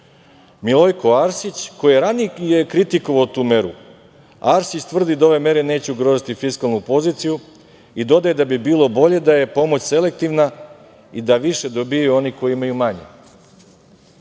Milojko Arsić, koji je ranije kritikovao tu meru. Arsić tvrdi da ove mere neće ugroziti fiskalnu poziciju i dodaje da bi bilo bolje da je pomoć selektivna i da više dobijaju oni koji imaju manje. Znate